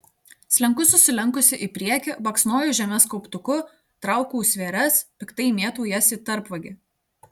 slenku susilenkusi į priekį baksnoju žemes kauptuku traukau svėres piktai mėtau jas į tarpvagį